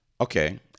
okay